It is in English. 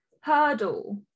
hurdle